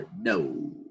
No